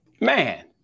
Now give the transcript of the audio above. man